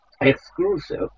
exclusive